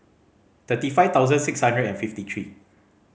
thirty five thousand six hundred and fifty three